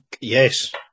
yes